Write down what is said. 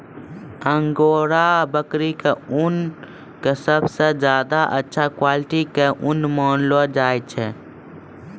angora बकरी के ऊन कॅ सबसॅ ज्यादा अच्छा क्वालिटी के ऊन मानलो जाय छै